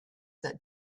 that